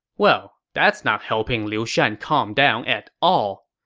well, that's not helping liu shan calm down at all.